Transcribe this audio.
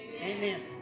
Amen